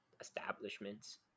establishments